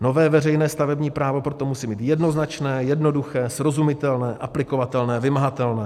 Nové veřejné stavební právo proto musí být jednoznačné, jednoduché, srozumitelné, aplikovatelné, vymahatelné.